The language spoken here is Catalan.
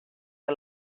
que